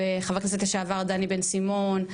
חבר הכנסת לשעבר דני בן סימון,